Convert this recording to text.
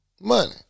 money